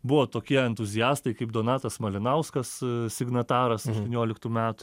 buvo tokie entuziastai kaip donatas malinauskas signataras aštuonioliktų metų